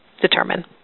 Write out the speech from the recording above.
determine